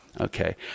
Okay